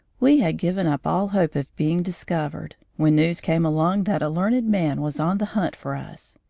we had given up all hope of being discovered, when news came along that a learned man was on the hunt for us.